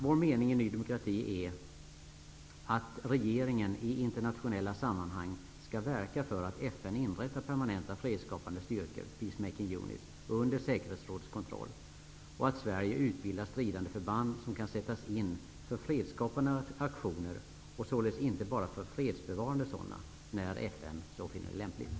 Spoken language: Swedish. Vår mening i Ny demokrati är att regeringen i internationella sammanhang skall verka för att FN inrättar permanenta fredsskapande styrkor, s.k. pacemaking units, under säkerhetsrådets kontroll och att Sverige utbildar stridande förband som kan sättas in för fredsskapande aktioner och således inte bara för fredsbevarande sådana när FN så finner det lämpligt.